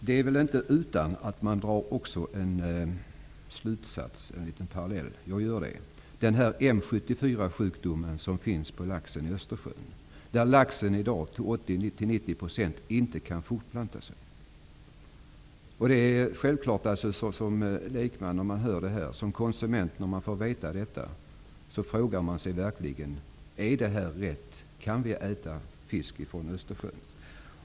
Fru talman! Jag kan inte låta bli att göra en parallell. Den sjukdom som laxen i Östersjön har gör att laxen i dag till 80--90 % inte kan fortplanta sig. När man som lekman, som konsument, får veta detta frågar man sig verkligen: Är det rätt, kan vi äta fisk från Östersjön?